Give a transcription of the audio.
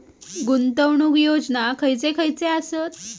गुंतवणूक योजना खयचे खयचे आसत?